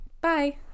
bye